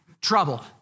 Trouble